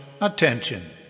attention